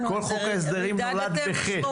כל חוק ההסדרים נולד בחטא.